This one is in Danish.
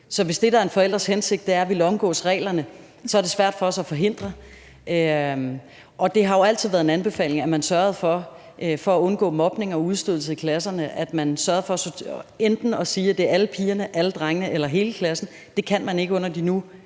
Så hvis det, der er en forælders hensigt, er at omgå reglerne, er det svært for os at forhindre det. Det har jo altid været en anbefaling, at man for at undgå mobning og udstødelse i klasserne sørgede for at sige, at det enten er alle pigerne, alle drengene eller hele klassen, der skal inviteres.